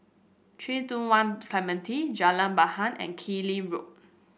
Three two One Clementi Jalan Bahar and Keng Lee Road